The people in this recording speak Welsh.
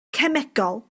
cemegol